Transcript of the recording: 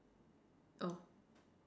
oh